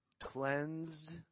Cleansed